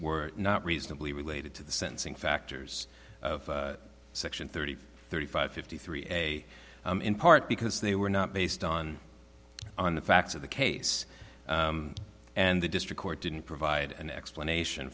were not reasonably related to the sentencing factors of section thirty thirty five fifty three a in part because they were not based on on the facts of the case and the district court didn't provide an explanation